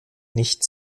nicht